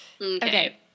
Okay